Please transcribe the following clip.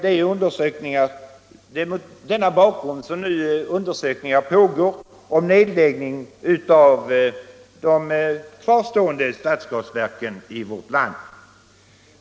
Det är mot denna bakgrund som nu undersökningar pågår om nedläggning av de kvarvarande stadsgasverken i vårt land.